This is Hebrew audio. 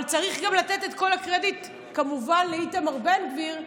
אבל צריך גם לתת את כל הקרדיט כמובן לאיתמר בן גביר,